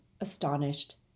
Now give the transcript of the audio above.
astonished